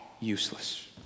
useless